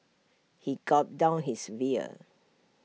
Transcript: he gulped down his beer